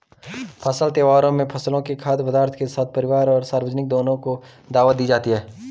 फसल त्योहारों में फसलों से खाद्य पदार्थों के साथ परिवार और सार्वजनिक दोनों को दावत दी जाती है